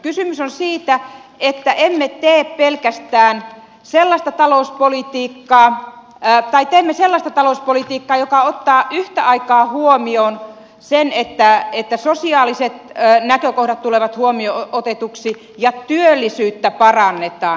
kysymys on siitä että teemme sellaista talouspolitiikkaa joka ottaa yhtä aikaa huomioon sen että sosiaaliset näkökohdat tulevat huomioonotetuiksi ja työllisyyttä parannetaan